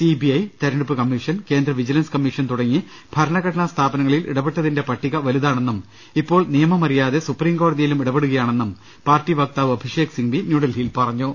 C B I തെരഞ്ഞെടുപ്പ് commission കേന്ദ്ര vigilance commission തുടങ്ങി ഭരണഘടനാ സ്ഥാപനങ്ങളിൽ ഇടപെട്ട തിന്റെ പട്ടിക വലുതാണെന്നും ഇപ്പോൾ നിയമം അറിയാതെ സുപ്രീംകോടതിയിലും ഇടപെടുകയാണെന്നും പാർട്ടി വക്താവ് അഭിഷേക് സിംഗ്വി ന്യൂഡൽഹിയിൽ പറ ഞ്ഞു